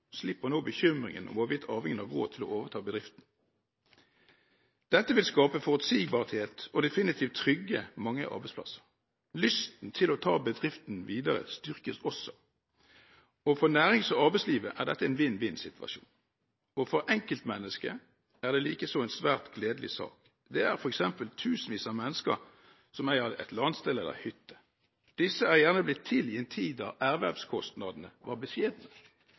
slipper nå bekymringen over hvorvidt arvingene har råd til å overta bedriften. Dette vil skape forutsigbarhet og definitivt trygge mange arbeidsplasser. Lysten til å ta bedriften videre styrkes også. For nærings- og arbeidslivet er dette en vinn-vinn-situasjon. For enkeltmennesket er det likeså en svært gledelig sak. Det er f.eks. tusenvis av mennesker som eier et landsted eller en hytte. Disse er blitt eiere i en tid da ervervskostnadene var beskjedne.